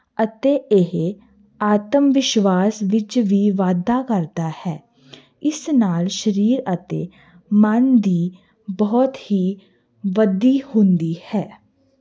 ਅਤੇ ਇਹ ਆਤਮ ਵਿਸ਼ਵਾਸ ਵਿੱਚ ਵੀ ਵਾਧਾ ਕਰਦਾ ਹੈ ਇਸ ਨਾਲ ਸਰੀਰ ਅਤੇ ਮਨ ਦੀ ਬਹੁਤ ਹੀ ਵਧੀ ਹੁੰਦੀ ਹੈ